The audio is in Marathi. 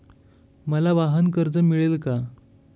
मला वाहनकर्ज मिळेल का?